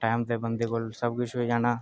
time दे बंदे कोल सब किश होई जाना